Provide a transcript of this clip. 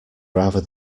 rather